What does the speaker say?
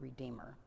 Redeemer